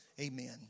Amen